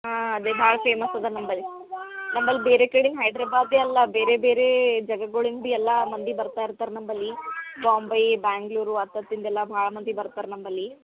ಹಾಂ ಅದೇ ಭಾಳ ಫೇಮಸ್ ಅದ ನಂಬಲಿ ನಂಬಲ್ ಬೇರೆ ಕಡೆ ಹೈದ್ರಬಾದಿ ಅಲ್ಲ ಬೇರೆ ಬೇರೇ ಜಗಗೊಳಿಂದ ಬಿ ಎಲ್ಲ ಮಂದಿ ಬರ್ತಾ ಇರ್ತಾರೆ ನಂಬಲ್ಲಿ ಬಾಂಬೇ ಬೆಂಗಳೂರು ಅತತ್ತಿಂದ ಎಲ್ಲ ಭಾಳ ಮಂದಿ ಬರ್ತಾರೆ ನಂಬಲ್ಲಿ